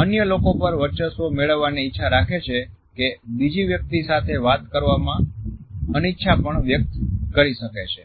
અન્ય લોકો પર વર્ચસ્વ મેળવવાની ઇચ્છા રાખે છે કે બીજી વ્યક્તિ સાથે વાત કરવામાં અનિચ્છા પણ વ્યક્ત કરી શકે છે